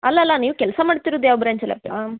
ಅಲ್ಲಲ್ಲ ನೀವು ಕೆಲಸ ಮಾಡ್ತಿರೋದು ಯಾವ ಬ್ರ್ಯಾಂಚಲ್ಲಿ ಅಪ್ಪ